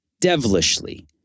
devilishly